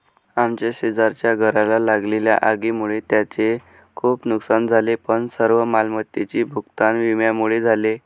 आमच्या शेजारच्या घराला लागलेल्या आगीमुळे त्यांचे खूप नुकसान झाले पण सर्व मालमत्तेचे भूगतान विम्यामुळे झाले